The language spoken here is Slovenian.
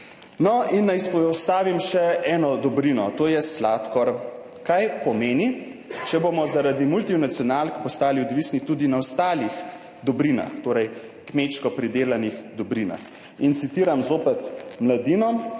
Naj izpostavim še eno dobrino, to je sladkor. Kaj pomeni, če bomo zaradi multinacionalk postali odvisni tudi na ostalih dobrinah, torej kmečko pridelanih dobrinah in citiram zopet Mladino,